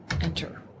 enter